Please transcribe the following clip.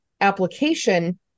application